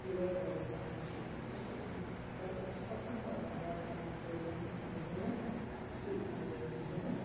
bat ball یتھ وَنان چھِ سۄ چھِ یِمَن لٔڑکَن چھِ پَسَنٛد تہِ آسان زیاد پَہمَتھ سُے گیم سُے یہِ گِندُن